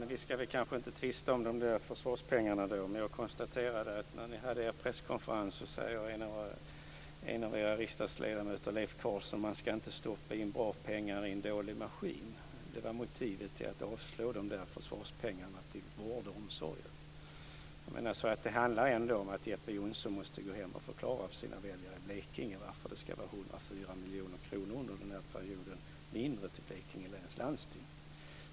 Fru talman! Vi ska kanske inte tvista om de där försvarspengarna. Men jag konstaterade att när ni hade er presskonferens sade en av era riksdagsledamöter, Leif Carlson, att man inte ska stoppa in bra pengar i en dålig maskin. Det var motivet till att man avslog förslaget om att de där försvarspengarna skulle gå till vård och omsorg. Det handlar ändå om att Jeppe Johnsson måste gå hem och förklara för sina väljare i Blekinge varför det ska vara 104 miljoner kronor mindre under den här perioden till Blekinge läns landsting.